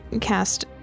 cast